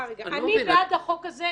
אני בעד החוק הזה,